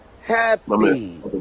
Happy